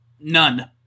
none